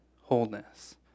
wholeness